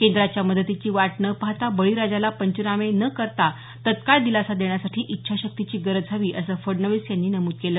केंद्राच्या मदतीची वाट न पाहता बळीराजाला पंचनामे न करता तत्काळ दिलासा देण्यासाठी इच्छाशक्तीची गरज हवी असं फडणवीस यांनी नमूद केलं